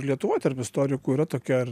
ir lietuvoj tarp istorikų yra tokia ir